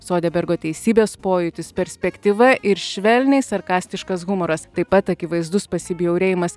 sodebergo teisybės pojūtis perspektyva ir švelniai sarkastiškas humoras taip pat akivaizdus pasibjaurėjimas